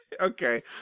Okay